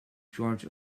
george